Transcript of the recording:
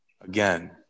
again